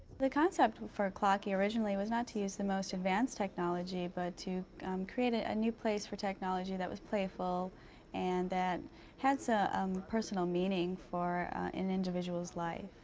the concept for clocky originally was not to use the most advanced technology, but to create ah a new place for technology that was playful and that has a um personal meaning for an individual's life.